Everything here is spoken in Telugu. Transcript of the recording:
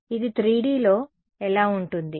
ఇది 3 Dలో ఎలా ఉంటుంది